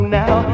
now